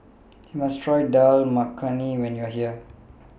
YOU must Try Dal Makhani when YOU Are here